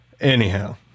Anyhow